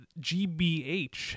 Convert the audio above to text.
GBH